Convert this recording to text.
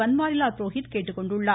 பன்வாரிலால் புரோஹித் கேட்டுக்கொண்டுள்ளார்